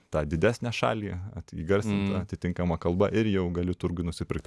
tą didesnę šalį įgarsinta atitinkama kalba ir jau gali turguj nusipirkt